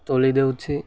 ତୋଳି ଦେଉଛି